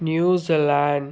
New Zealand